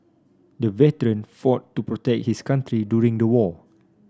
the veteran fought to protect his country during the war